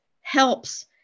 helps